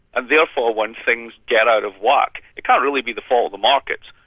and therefore when things get out of whack it can't really be the fault of the markets.